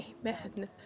amen